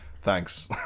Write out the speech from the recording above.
Thanks